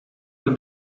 with